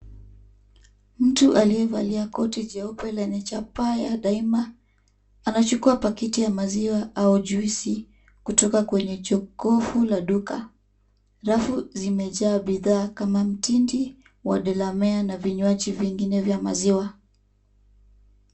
Mtu aliyevalia koti jeupe lenye chapaa ya daima ,anachukua pakiti ya maziwa au juisi kutoka kwenye jokofu la duka, rafu zimejaa bidhaa kama mtindi wa Delamare na vinywaji vingine vya maziwa.